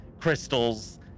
crystals